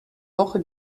woche